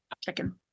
chicken